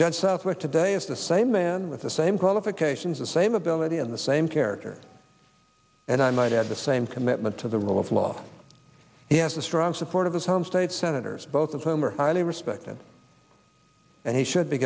southwick today is the same man with the same qualifications the same ability and the same character and i might add the same commitment to the rule of law he has a strong support of his home state senators both of whom are highly respected and he should be